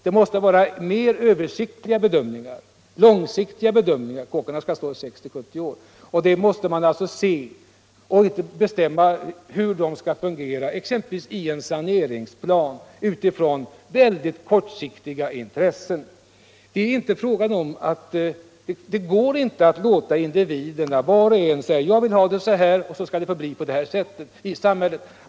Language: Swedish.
Det måste vara mera översiktliga och långsiktiga bedömningar — kåkarna skall stå i 60-70 år — som avgör hur bostäderna skall fungera exempelvis i en saneringsplan, inte de kortsiktiga intressena. Det går inte att låta de enskilda individernas syn på bostaden styra vad som sker i samhället.